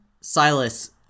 Silas